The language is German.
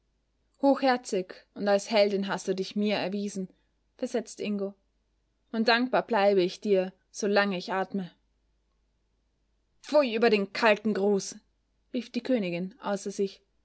hochherzig und als heldin hast du dich mir erwiesen versetzte ingo und dankbar bleibe ich dir solange ich atme pfui über den kalten gruß rief die königin außer sich